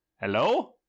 hello